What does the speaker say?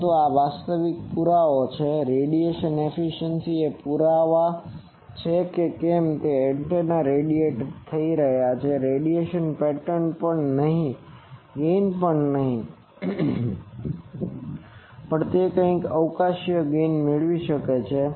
પરંતુ આ વાસ્તવિક પુરાવો છે કે રેડિયેશન એફિસિયન્સી એ પુરાવા છે કે કેમ કે એન્ટેના રેડિએટ થઈ રહ્યા છે રેડિયેશન પેટર્ન પણ નહીં ગેઇન પણ નહીં પણ તે કંઈક અવકાશીય ગેઈન મેળવી શકે છે